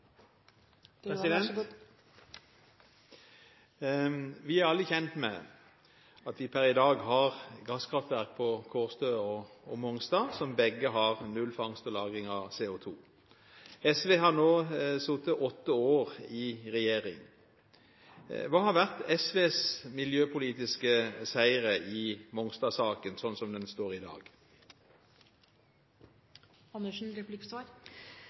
Vi er alle kjent med at vi per i dag har gasskraftverk på Kårstø og Mongstad, som begge har null fangst og lagring av CO2. SV har nå sittet åtte år i regjering. Hva har vært SVs miljøpolitiske seire i Mongstad-saken, slik den står i